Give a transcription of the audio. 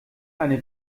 eine